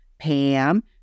Pam